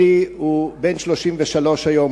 אלי הוא בן 33 היום,